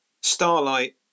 Starlight